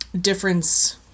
difference